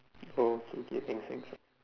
oh okay K thanks thanks